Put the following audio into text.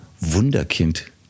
Wunderkind